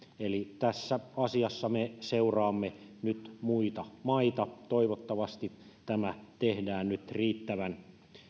eli tässä asiassa me seuraamme nyt muita maita toivottavasti tämä tehdään nyt riittävän